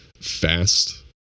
fast